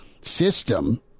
system